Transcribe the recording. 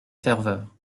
ferveur